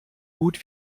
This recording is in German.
gut